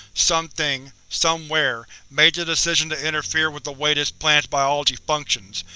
something, somewhere, made the decision to interfere with the way this planet's biology functions.